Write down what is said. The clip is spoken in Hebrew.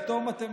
פתאום אתם,